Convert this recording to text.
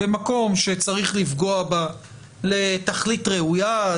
במקום שצריך לפגוע בה לתכלית ראויה,